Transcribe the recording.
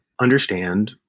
understand